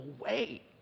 away